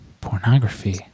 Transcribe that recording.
pornography